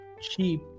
cheap